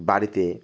বাড়িতে